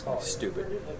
Stupid